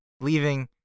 leaving